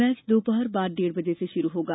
match दोपहर बाद डेढ़ बजे से शुरू होगा